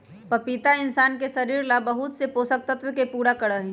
पपीता इंशान के शरीर ला बहुत से पोषक तत्व के पूरा करा हई